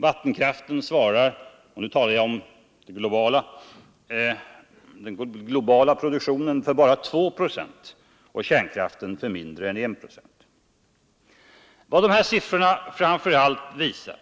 Vattenkraften svarar — nu talar jag om den globala produktionen — för bara 2 procent och kärnkraft för mindre än 1 procent. Vad dessa siffror framför allt visar